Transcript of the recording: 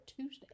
Tuesday